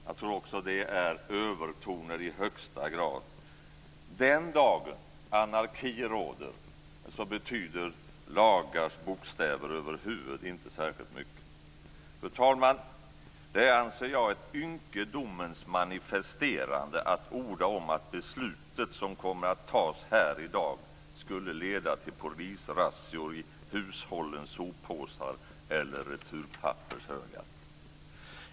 Jag tror att det också är övertoner i högsta grad. Den dag anarki råder betyder lagars bokstäver över huvud inte särskilt mycket. Fru talman! Det anser jag vara ett ynkedomens manifesterande att orda om att det beslut som kommer att fattas här i dag skulle leda till polisrazzior i hushållens soppåsar eller returpappershögar.